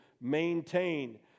maintain